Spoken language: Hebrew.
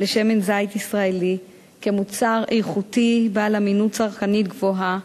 לשמן זית ישראלי כמוצר איכותי ובעל אמינות צרכנית גבוהה,